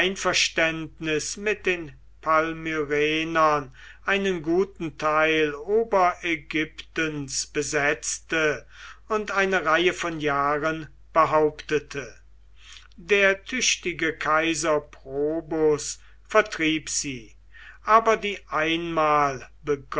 einverständnis mit den palmyrenern einen guten teil oberägyptens besetzte und eine reihe von jahren behauptete der tüchtige kaiser probus vertrieb sie aber die einmal